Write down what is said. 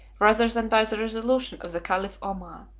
rather than by the resolution of the caliph omar.